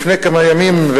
לפני כמה ימים,